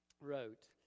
wrote